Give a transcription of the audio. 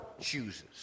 chooses